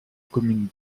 commune